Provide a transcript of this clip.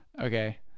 okay